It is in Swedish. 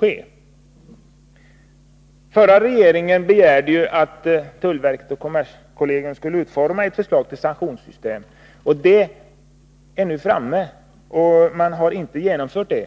Den förra regeringen begärde att tullverket och kommerskollegium skulle utforma ett förslag till sanktionssystem. Det är nu klart, men man har inte genomfört det.